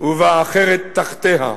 ובאה אחרת תחתיה.